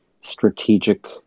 strategic